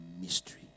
mystery